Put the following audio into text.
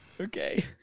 Okay